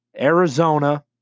Arizona